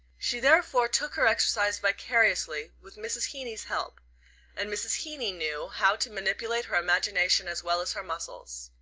she therefore took her exercise vicariously, with mrs. heeny's help and mrs. heeny knew how to manipulate her imagination as well as her muscles.